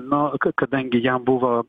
nu k kadangi jam buvo